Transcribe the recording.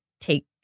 take